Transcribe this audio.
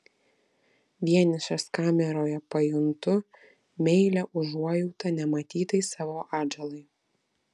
vienišas kameroje pajuntu meilią užuojautą nematytai savo atžalai